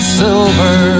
silver